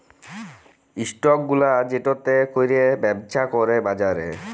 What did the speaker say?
stock গুলা যেটতে ক্যইরে ব্যবছা ক্যরে বাজারে